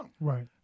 Right